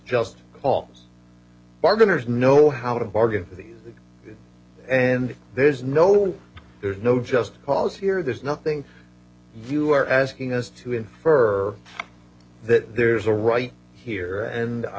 just call bargainers know how to bargain and there's no there's no just cause here there's nothing you are asking is to infer that there's a right here